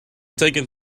taken